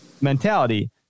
mentality